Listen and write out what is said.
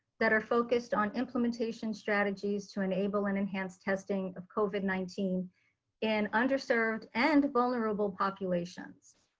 that are focused on implementation strategies to enable and enhance testing of covid nineteen in underserved and vulnerable populations.